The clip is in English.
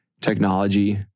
technology